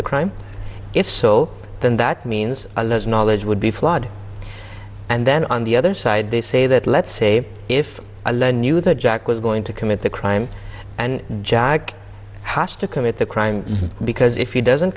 the crime if so then that means less knowledge would be flawed and then on the other side they say that let's say if i learn knew that jack was going to commit the crime and jack has to commit the crime because if he doesn't